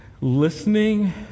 Listening